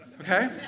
okay